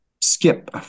skip